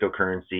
cryptocurrency